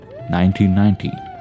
1990